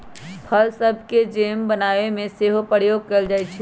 फल सभके जैम बनाबे में सेहो प्रयोग कएल जाइ छइ